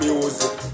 Music